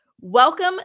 Welcome